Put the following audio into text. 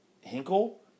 Hinkle